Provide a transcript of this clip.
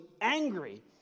angry